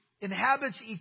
inhabits